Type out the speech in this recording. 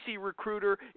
Recruiter